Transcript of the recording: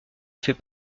fait